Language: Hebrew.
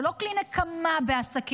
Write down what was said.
זה לא כלי נקמה בעסקים,